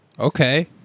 Okay